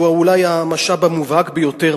שהוא אולי המשאב המובהק ביותר,